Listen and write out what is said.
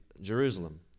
Jerusalem